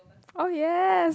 oh yes